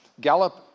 Gallup